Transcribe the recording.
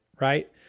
Right